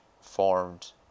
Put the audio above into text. formed